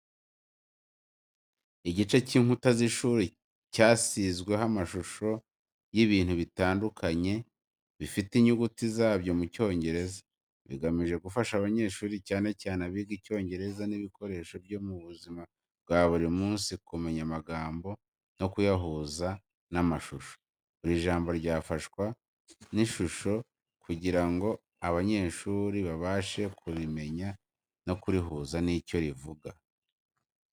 Igice cy'inkuta z'ishuri cyasizweho amashusho y'ibintu bitandukanye bifite inyuguti zabyo mu Cyongereza, bigamije gufasha abanyeshuri cyane cyane abiga Icyongereza n’ibikoresho byo mu buzima bwa buri munsi kumenya amagambo no kuyahuza n’amashusho. Buri jambo ryafashwa n’ishusho kugira ngo abanyeshuri babashe kurimenya no kurihuza n’icyo rivuga.